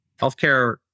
Healthcare